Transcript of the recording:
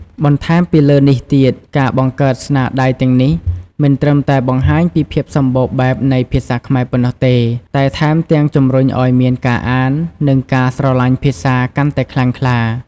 បន្ថែមពីលើនេះទៀតការបង្កើតស្នាដៃទាំងនេះ មិនត្រឹមតែបង្ហាញពីភាពសម្បូរបែបនៃភាសាខ្មែរប៉ុណ្ណោះទេ តែថែមទាំងជំរុញឱ្យមានការអាន និងការស្រឡាញ់ភាសាកាន់តែខ្លាំងក្លា។